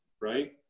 right